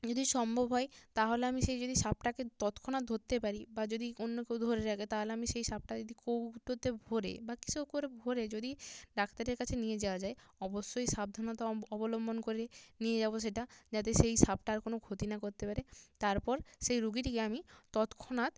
যদি সম্ভব হয় তাহলে আমি সেই যদি সাপটাকে তৎক্ষণাৎ ধরতে পারি বা যদি অন্য কেউ ধরে রাখে তাহলে আমি সেই সাপটা যদি কৌটোতে ভরে বা কিসেও করে ভরে যদি ডাক্তারের কাছে নিয়ে যাওয়া যায় অবশ্যই সাবধানতা অবলম্বন করে নিয়ে যাবো সেটা যাতে সেই সাপটা আর কোনও ক্ষতি না করতে পারে তারপর সেই রুগীটিকে আমি তৎক্ষণাৎ